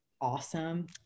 awesome